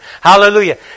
Hallelujah